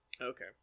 okay